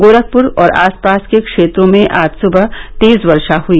गोरखपुर और आसपास के क्षेत्रों में आज सुबह तेज वर्षा हुई